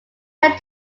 said